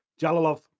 Jalalov